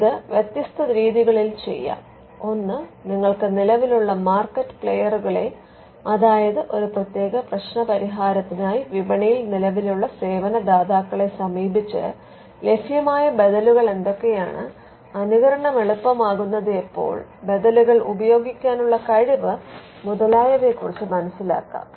ഇത് വ്യത്യസ്ത രീതികളിൽ ചെയ്യാം ഒന്ന് നിങ്ങൾക്ക് നിലവിലുള്ള മാർക്കറ്റ് പ്ലെയറുകളെ അതായത് ഒരു പ്രത്യേക പ്രശ്നപരിഹാരത്തിനായി വിപണിയിൽ നിലവിലുള്ള സേവന ദാതാക്കളെ സമീപിച്ച് ലഭ്യമായ ബദലുകൾ എന്തൊക്കെയാണ് അനുകരണം എളുപ്പമാകുന്നത് എപ്പോൾ ബദലുകൾ ഉപയോഗിക്കാനുള്ള കഴിവ് മുതലായവയെ കുറിച്ച് മനസിലാക്കാം